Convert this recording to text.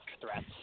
threats